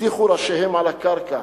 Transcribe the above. הטיחו ראשיהם על הקרקע,